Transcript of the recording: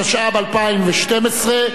התשע"ב 2012,